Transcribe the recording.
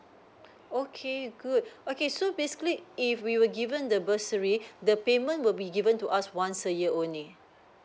okay good okay so basically if we were given the bursary the payment will be given to us once a year only